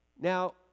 Now